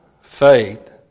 faith